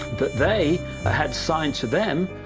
but they ah had signed to them,